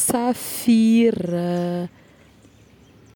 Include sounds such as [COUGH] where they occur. ammonite [HESITATION] safira